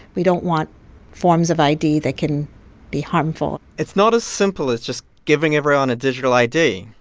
we don't want forms of id that can be harmful it's not as simple as just giving everyone a digital id.